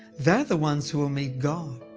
they're the ones who will meet god.